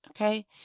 okay